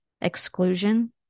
exclusion